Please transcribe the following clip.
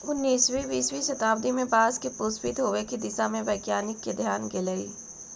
उन्नीसवीं बीसवीं शताब्दी में बाँस के पुष्पित होवे के दिशा में वैज्ञानिक के ध्यान गेलई